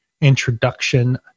introduction